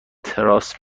تراس